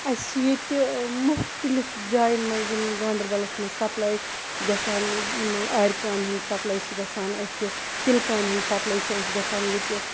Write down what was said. اَسہِ چھِ ییٚتہِ مُختلِف جایَن منٛز یِم گاندَربَلَس مَنٛز سَپلَے گَژھان یِم آرٕ کامہِ ہِنٛد سَپلَے چھِ گَژھان اَسہِ تِلہِ کامہِ ہنٛز سَپلَے چھِ اَسہِ گَژھان ییٚتہِ